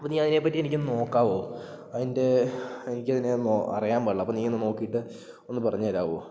അപ്പം നീ അതിനെപ്പറ്റി എനിക്ക് നോക്കാവോ അതിൻ്റെ എനിക്കതിനെ അറിയാ പാടില്ല അപ്പോൾ നീ ഒന്ന് നോക്കിയിട്ട് ഒന്ന് പറഞ്ഞ് തരാവോ